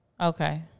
Okay